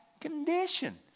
condition